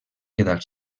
quedar